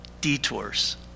detours